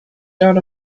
dot